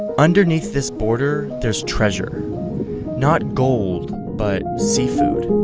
underneath this border there's treasure not gold, but seafood.